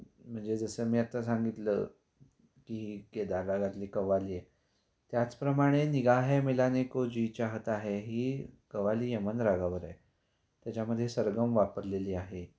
म्हणजे जसं मी आत्ता सांगितलं की केदार रागातली कव्वाली आहे त्याचप्रमाणे निगाहे मिलाने को जी चाहता है आहे ही कव्वाली यमन रागावर आहे त्याच्यामध्ये सरगम वापरलेली आहे